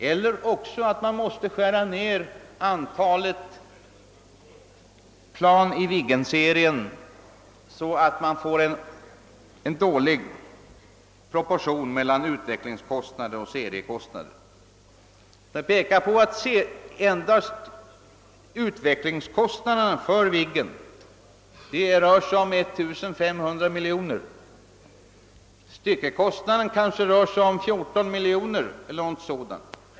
Eller också tvingas man skära ned tillverkningsserien på sådant sätt, att man får en dålig proportion mellan utvecklingsoch seriekostnader. Utvecklingskostnaderna för Viggen uppgår till 1500 miljoner kronor. Tillverkningskostnaden per plan rör sig om 14 miljoner kronor eller något sådant.